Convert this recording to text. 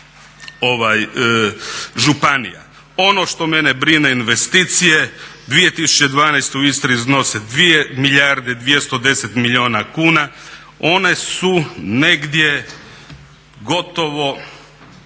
županija. Ono što mene brine, investicije. 2012. u Istri iznose 2 milijarde 210 milijuna kuna. One su negdje gotovo